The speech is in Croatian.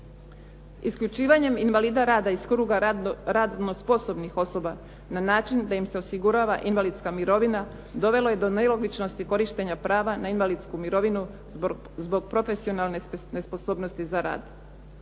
Isključivanjem invalida rada iz kruga radno sposobnih osoba na način da im se osigurava invalidska mirovina, dovelo je do nelogičnosti korištenja prava na invalidsku mirovinu zbog profesionalne nesposobnosti za rad.